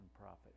profit